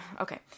Okay